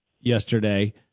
yesterday